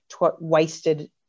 wasted